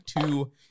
two